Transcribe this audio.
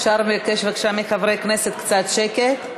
אפשר לבקש, בבקשה מחברי הכנסת קצת שקט?